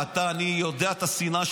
אי-אפשר?